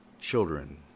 children